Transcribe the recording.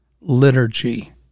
liturgy